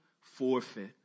forfeit